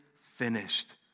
finished